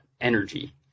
energy